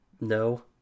No